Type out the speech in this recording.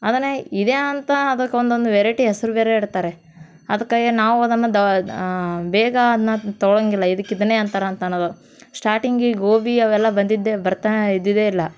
ಅದನ್ನು ಇದೇ ಅಂತ ಅದಕ್ಕೆ ಒಂದೊಂದು ವೆರೈಟಿ ಹೆಸರು ಬೇರೆ ಇಡ್ತಾರೆ ಅದ್ಕೆ ಏ ನಾವು ಅದನ್ನು ದ ಬೇಗ ಅದನ್ನ ತೊಗೊಳಂಗಿಲ್ಲ ಇದಕ್ಕೆ ಇದನ್ನೇ ಅಂತಾರೆ ಅನ್ನೋದು ಸ್ಟಾಟಿಂಗಿಗೆ ಗೋಬಿ ಅವೆಲ್ಲ ಬಂದಿದ್ದೇ ಬರ್ತಾ ಇದ್ದಿದ್ದೇ ಇಲ್ಲ